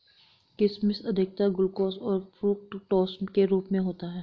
किशमिश अधिकतर ग्लूकोस और फ़्रूक्टोस के रूप में होता है